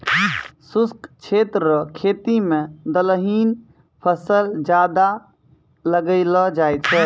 शुष्क क्षेत्र रो खेती मे दलहनी फसल ज्यादा लगैलो जाय छै